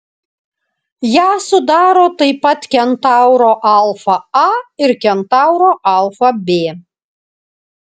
ją sudaro taip pat kentauro alfa a ir kentauro alfa b